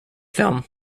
film